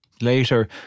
Later